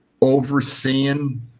overseeing